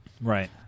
Right